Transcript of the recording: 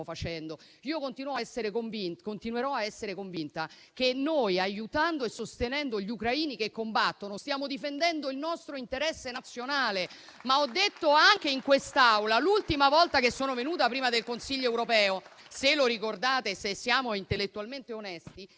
Continuerò a essere convinta che noi, aiutando e sostenendo gli ucraini che combattono, stiamo difendendo il nostro interesse nazionale. Ho però detto anche in quest'Aula, l'ultima volta che sono venuta prima del Consiglio europeo - se lo ricordate e se siamo intellettualmente onesti